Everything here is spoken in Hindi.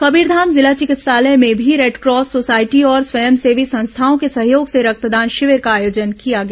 कबीरधाम जिला चिकित्सालय में भी रेडक्रॉस सोसायटी और स्वयंसेवी संस्थाओं के सहयोग से रक्तदान शिविर का आयोजन किया गया